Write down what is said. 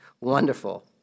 wonderful